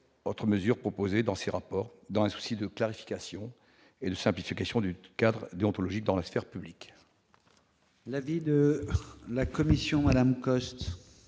autre mesure proposée dans ses rapports, dans un souci de clarification et de simplification du cadre déontologique dans la sphère publique. L'avis de la commission Madame Coste